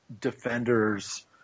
defenders